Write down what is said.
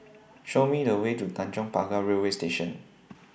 Show Me The Way to Tanjong Pagar Railway Station